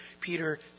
Peter